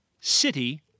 city